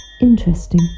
Interesting